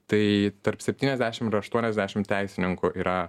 tai tarp septyniasdešimt ir aštuoniasdešimt teisininkų yra